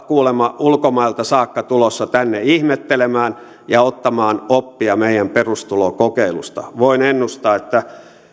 kuulemma ulkomailta saakka ollaan tulossa tänne ihmettelemään ja ottamaan oppia meidän perustulokokeilusta voin ennustaa että